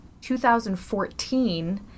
2014